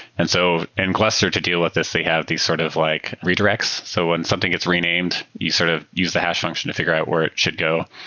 and so in gluster, to deal with this, they have this sort of like redirects. so when something gets renamed, you sort of use the hash function to figure out where it should go.